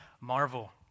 Marvel